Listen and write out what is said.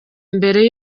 mbere